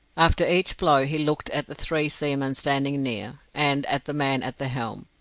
after each blow he looked at the three seamen standing near, and at the man at the helm,